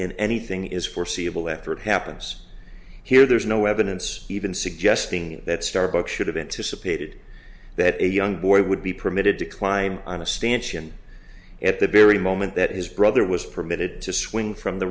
in anything is foreseeable after it happens here there is no evidence even suggesting that starbucks should have anticipated that a young boy would be permitted to climb on a stanch and at the very moment that his brother was permitted to swing from the